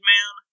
Man